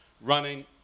running